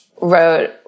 wrote